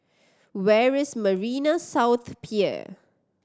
where is Marina South Pier